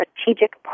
Strategic